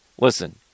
Listen